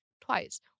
twice